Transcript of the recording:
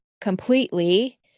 completely